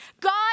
God